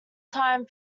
time